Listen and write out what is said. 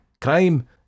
crime